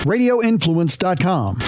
Radioinfluence.com